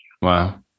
Wow